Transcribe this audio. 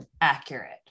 accurate